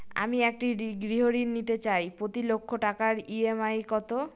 আমি একটি গৃহঋণ নিতে চাই প্রতি লক্ষ টাকার ই.এম.আই কত?